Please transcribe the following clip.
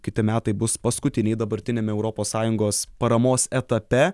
kiti metai bus paskutiniai dabartiniame europos sąjungos paramos etape